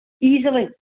easily